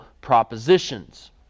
propositions